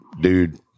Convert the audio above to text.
dude